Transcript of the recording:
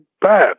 bad